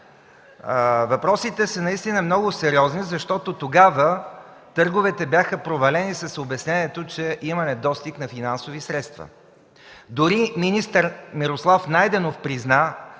Въпросите са наистина много сериозни, защото тогава търговете бяха провалени с обяснението, че има недостиг на финансови средства. Дори министър Мирослав Найденов призна,